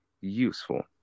Useful